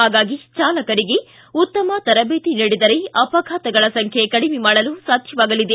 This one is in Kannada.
ಹಾಗಾಗಿ ಚಾಲಕರಿಗೆ ಉತ್ತಮ ತರಬೇತಿ ನೀಡಿದರೆ ಅಪಘಾತಗಳ ಸಂಖ್ಯೆ ಕಡಿಮೆಯಾಗಲು ಸಾಧ್ಯವಾಗಲಿದೆ